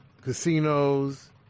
casinos